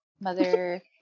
mother